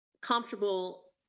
comfortable